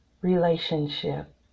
relationship